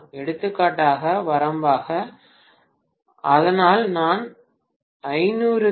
எடுத்துக்காட்டாக வரம்பாக அதனால் நான் 500 கி